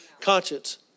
conscience